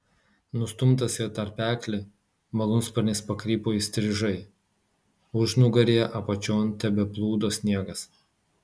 nustumtas į tarpeklį malūnsparnis pakrypo įstrižai užnugaryje apačion tebeplūdo sniegas